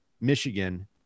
Michigan